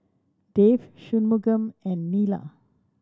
Dev Shunmugam and Neila